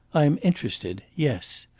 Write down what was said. i am interested yes.